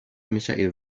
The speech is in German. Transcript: michael